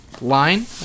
line